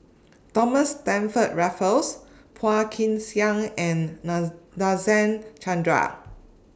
Thomas Stamford Raffles Phua Kin Siang and Na Nadasen Chandra